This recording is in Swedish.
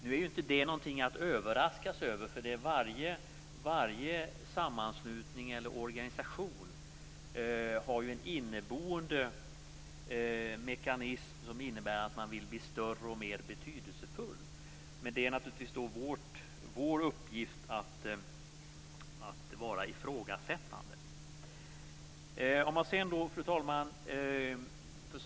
Nu är det inte någonting att överraskas över, därför att varje sammanslutning eller organisation har ju en inneboende mekanism som innebär att man vill bli större och mer betydelsefull. Då är det naturligtvis vår uppgift att vara ifrågasättande. Fru talman!